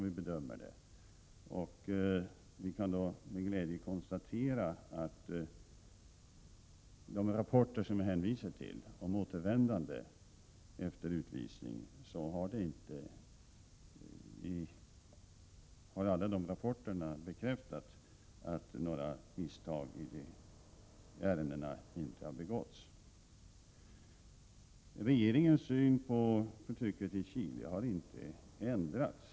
Vi kan också med glädje konstatera att det i alla rapporter om återvändande efter utvisning har bekräftats att det inte har begåtts några misstag vid ärendenas behandling. Regeringens syn på förtrycket i Chile har inte ändrats.